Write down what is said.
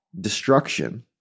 destruction